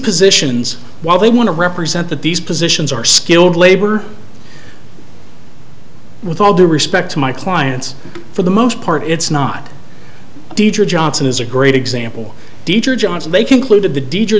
positions while they want to represent that these positions are skilled labor with all due respect to my clients for the most part it's not deja johnson is a great example dieter johnson they concluded the d